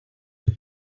what